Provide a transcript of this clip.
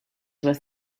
with